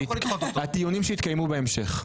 הדיונים שיתקיימו בהמשך.